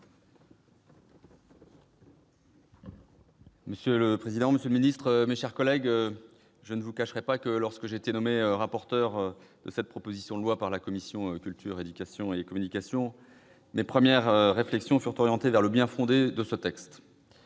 Monsieur le président, monsieur le ministre, mes chers collègues, je ne vous cacherai pas que, lorsque j'ai été nommé rapporteur de cette proposition de loi par la commission de la culture, de l'éducation et de la communication, mes premières réflexions furent pour m'interroger sur le bien-fondé de ce texte.